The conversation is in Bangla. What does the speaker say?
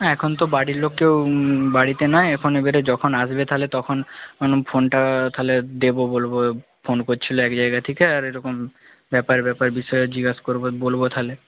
না এখন তো বাড়ির লোক কেউ বাড়িতে নেই এখন এবারে যখন আসবে তাহলে তখন ফোনটা তাহলে দেবো বলবো ফোন করছিল এক জায়গা থেকে আর এরকম ব্যাপার ব্যাপারে বিষয়ে জিজ্ঞাসা করব বলব তাহলে